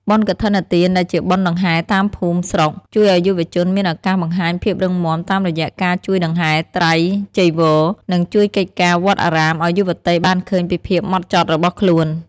បុណ្យកឋិនទានដែលជាបុណ្យដង្ហែតាមភូមិស្រុក ជួយឱ្យយុវជនមានឱកាសបង្ហាញភាពរឹងមាំតាមរយៈការជួយដង្ហែត្រៃចីវរ និងជួយកិច្ចការវត្តអារាមឱ្យយុវតីបានឃើញពីភាពហ្មត់ចត់របស់ខ្លួន។